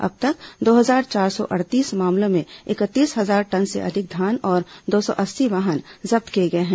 अब तक दो हजार चार सौ अड़तीस मामलों में इकतीस हजार टन से अधिक धान और दो सौ अस्सी वाहन जब्त किए गए हैं